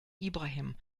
ibrahim